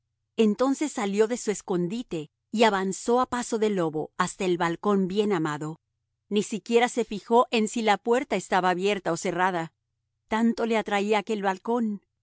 entonces salió de su escondite y avanzó a paso de lobo hasta el balcón bien amado ni siquiera se fijó en si la puerta estaba abierta o cerrada tanto le atraía aquel balcón